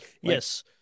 yes